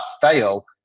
fail